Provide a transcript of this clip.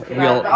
real